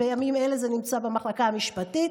בימים אלה זה נמצא במחלקה המשפטית,